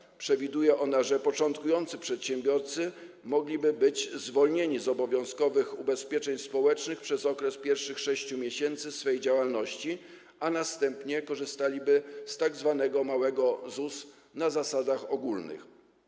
Ulga ta przewiduje, że początkujący przedsiębiorcy mogliby być zwolnieni z obowiązkowych ubezpieczeń społecznych przez okres pierwszych 6 miesięcy swej działalności, a następnie korzystaliby z tzw. małego ZUS-u na zasadach ogólnych.